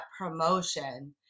promotion